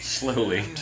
Slowly